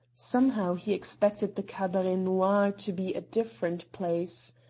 somehow, he expected the cabaret noir to be a different place.